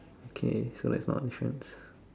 okay so it's not difference